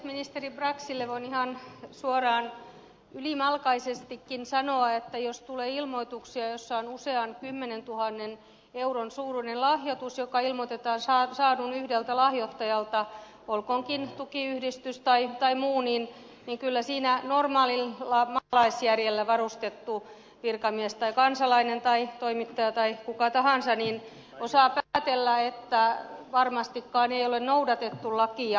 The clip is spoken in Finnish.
ministeri braxille voin ihan suoraan ylimalkaisestikin sanoa että jos tulee ilmoituksia joissa on usean kymmenentuhannen euron suuruinen lahjoitus joka ilmoitetaan saadun yhdeltä lahjoittajalta olkoonkin tukiyhdistys tai muu niin kyllä siinä normaalilla maalaisjärjellä varustettu virkamies tai kansalainen tai toimittaja tai kuka tahansa osaa päätellä että varmastikaan ei ole noudatettu lakia